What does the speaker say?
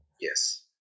Yes